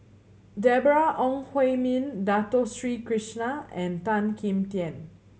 Deborah Ong Hui Min Dato Sri Krishna and Tan Kim Tian